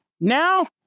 Now